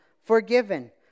forgiven